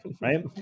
right